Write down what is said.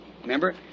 Remember